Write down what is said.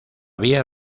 via